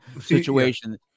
situation